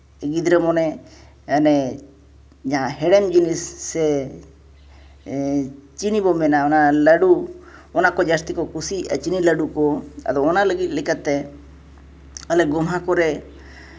ᱜᱤᱫᱽᱨᱟᱹ ᱢᱟᱱᱮ ᱦᱟᱱᱮ ᱡᱟᱦᱟᱸ ᱦᱮᱲᱮᱢ ᱡᱤᱱᱤᱥ ᱥᱮ ᱪᱤᱱᱤ ᱵᱚᱱ ᱢᱮᱱᱟ ᱞᱟᱹᱰᱩ ᱚᱱᱟ ᱠᱚ ᱡᱟᱹᱥᱛᱤ ᱠᱚ ᱠᱩᱥᱤᱭᱟᱜᱼᱟ ᱪᱤᱱᱤ ᱞᱟᱹᱰᱩ ᱠᱚ ᱟᱫᱚ ᱚᱱᱟ ᱞᱟᱹᱜᱤᱫ ᱛᱮ ᱚᱱᱟ ᱟᱞᱮ ᱜᱳᱢᱦᱟ ᱠᱚᱨᱮᱫ